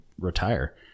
retire